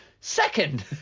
Second